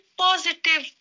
positive